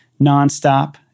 nonstop